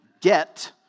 get